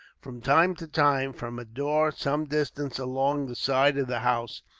from time to time, from a door some distance along the side of the house,